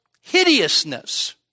hideousness